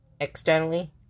externally